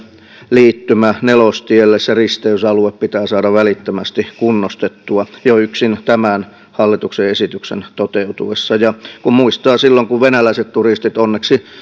liittymä nelostielle se risteysalue pitää saada välittömästi kunnostettua jo yksin tämän hallituksen esityksen toteutuessa ja kun muistaa että silloin kun venäläiset turistit onneksi